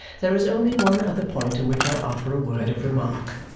there is only one other point on which i offer a word of remark.